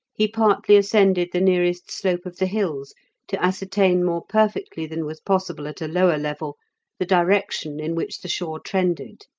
he partly ascended the nearest slope of the hills to ascertain more perfectly than was possible at a lower level the direction in which the shore trended.